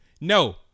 no